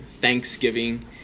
Thanksgiving